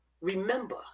Remember